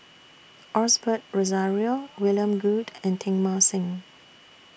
Osbert Rozario William Goode and Teng Mah Seng